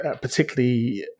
particularly